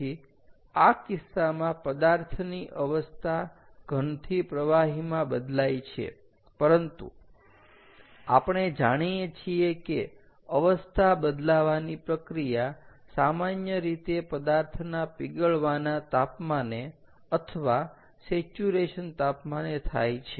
તેથી આ કિસ્સામાં પદાર્થ ની અવસ્થા ઘનથી પ્રવાહીમાં બદલાય છે પરંતુ આપણે જાણીએ છીએ કે અવસ્થા બદલાવાની પ્રક્રિયા સામાન્ય રીતે પદાર્થના પીગળવાના તાપમાને અથવા સેચ્યુરેશન તાપમાને થાય છે